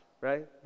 Right